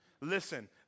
Listen